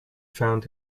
found